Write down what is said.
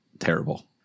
terrible